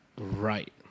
right